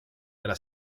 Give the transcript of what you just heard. della